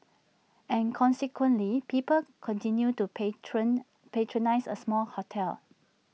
and consequently people continued to patron patronise A smaller hotel